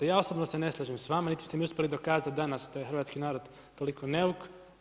Ja osobno se ne slažem sa vama niti ste mi uspjeli dokazati danas da je hrvatski narod toliko neuk.